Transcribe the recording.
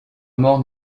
mort